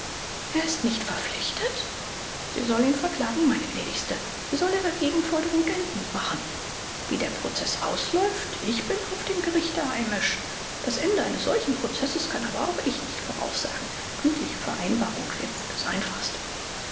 er ist nicht verpflichtet sie soll ihn verklagen meine gnädigste sie soll ihre gegenforderungen geltend machen wie der prozeß ausläuft ich bin auf dem gerichte heimisch das ende eines solchen prozesses kann aber auch ich nicht voraussagen gütliche vereinbarung wäre wohl das einfachste